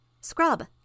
Scrub